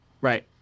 Right